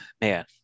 man